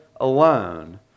alone